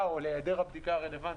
לבדיקה או להיעדר הבדיקה הרלוונטית.